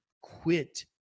quit